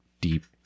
deep